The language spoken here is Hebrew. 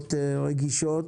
בתקופות רגישות,